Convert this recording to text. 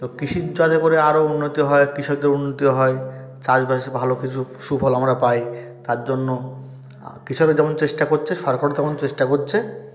তো কৃষির যাতে করে আরও উন্নতি হয় কৃষকদের উন্নতি হয় চারপাশে ভালো কিছু সুফল আমরা পাই তার জন্য কৃষকরা যেমন চেষ্টা করছে সরকারও তেমন চেষ্টা করছে